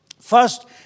First